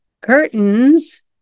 curtains